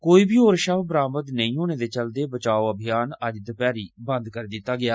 कोई बी होर शव बरामद नेईं होने दे चलदे बचाऽ अभियान गी अज्ज दपैह्री बंद करी दित्ता गेआ